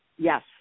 Yes